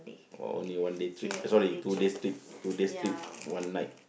or only one day trip sorry two days trip two days trip one night